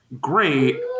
great